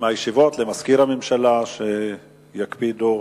מהישיבות למזכיר הממשלה, שיקפידו,